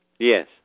Yes